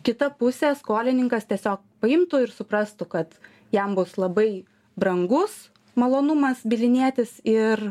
kita pusė skolininkas tiesiog paimtų ir suprastų kad jam bus labai brangus malonumas bylinėtis ir